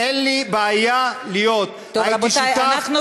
אתה היית שותף ללא